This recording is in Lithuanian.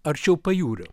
arčiau pajūrio